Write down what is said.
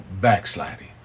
backsliding